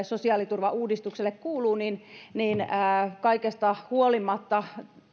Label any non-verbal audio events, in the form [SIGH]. [UNINTELLIGIBLE] sosiaaliturvauudistukselle kuuluu kaikesta huolimatta